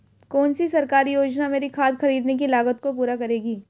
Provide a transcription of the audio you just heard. कौन सी सरकारी योजना मेरी खाद खरीदने की लागत को पूरा करेगी?